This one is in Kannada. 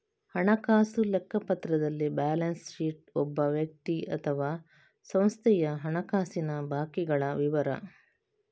ಹಣಕಾಸು ಲೆಕ್ಕಪತ್ರದಲ್ಲಿ ಬ್ಯಾಲೆನ್ಸ್ ಶೀಟ್ ಒಬ್ಬ ವ್ಯಕ್ತಿ ಅಥವಾ ಸಂಸ್ಥೆಯ ಹಣಕಾಸಿನ ಬಾಕಿಗಳ ವಿವರ